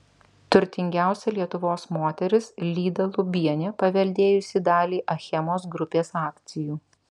turtingiausia lietuvos moteris lyda lubienė paveldėjusi dalį achemos grupės akcijų